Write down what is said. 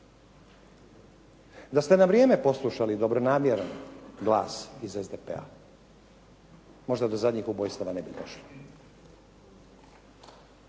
Da ste na vrijeme poslušali dobronamjeran glas iz SDP-a, možda do zadnjih ubojstava ne bi došlo.